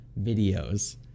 videos